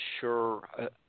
sure